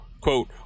quote